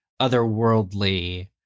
otherworldly